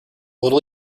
little